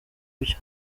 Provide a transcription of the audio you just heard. byo